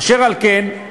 אשר על כן,